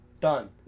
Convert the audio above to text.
Done